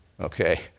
okay